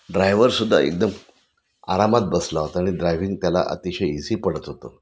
ड्रायवरसुद्धा एकदम आरामात बसला होता आणि ड्रायव्हिंग त्याला अतिशय इझी पडत होतं